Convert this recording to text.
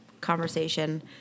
conversation